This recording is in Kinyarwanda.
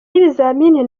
y’ibizamini